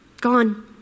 gone